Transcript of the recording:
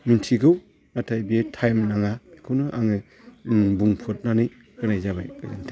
मिन्थिगौ नाथाय बे टाइम नाङा बेखौनो आङो बुंफोरनानै होनाय जाबाय गोजोनथों